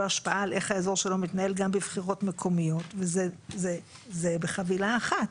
השפעה על איך האזור שלו מתנהל גם בבחירות מקומיות וזה בחבילה אחת,